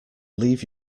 leave